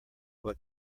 what